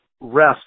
rest